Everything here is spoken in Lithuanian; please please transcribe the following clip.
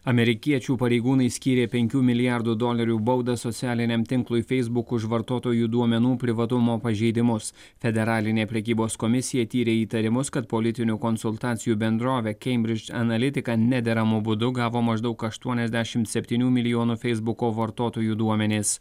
amerikiečių pareigūnai skyrė penkių milijardų dolerių baudą socialiniam tinklui feisbuk už vartotojų duomenų privatumo pažeidimus federalinė prekybos komisija tyrė įtarimus kad politinių konsultacijų bendrovė keimbridž analitika nederamu būdu gavo maždaug aštuoniasdešimt septynių milijonų feisbuko vartotojų duomenis